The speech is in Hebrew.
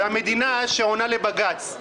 והמדינה שעונה לבג"ץ.